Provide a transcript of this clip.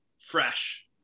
fresh